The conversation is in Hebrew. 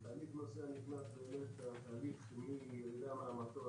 תהליך נוסע נכנס זה בדרך כלל תהליך מירידה מהמטוס